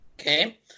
Okay